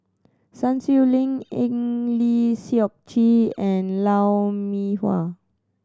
Sun Xueling Eng Lee Seok Chee and Lou Mee Wah